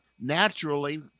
naturally